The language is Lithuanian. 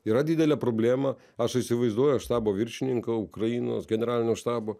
yra didelė problema aš įsivaizduoju štabo viršininką ukrainos generalinio štabo